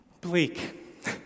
bleak